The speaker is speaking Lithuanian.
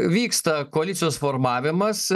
vyksta koalicijos formavimas